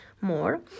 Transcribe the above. more